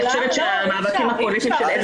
אני חושבת שהמאבקים הפוליטיים של --- אתה לא יכול,